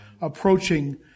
approaching